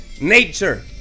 nature